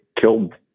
killed